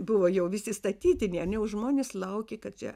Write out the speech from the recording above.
buvo jau visi statyti ne jau žmonės laukė kad čia